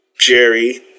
Jerry